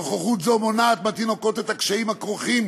נוכחות זו מונעת מהתינוקות את הקשיים הכרוכים